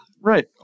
Right